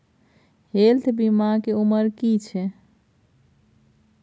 Health बीमा के उमर की छै?